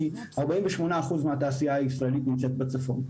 כי 48% מהתעשייה הישראלית נמצאת בצפון.